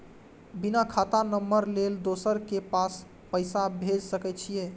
बिना खाता नंबर लेल दोसर के पास पैसा भेज सके छीए?